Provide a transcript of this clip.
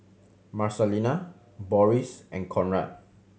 Marcelina Boris and Conrad